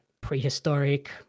prehistoric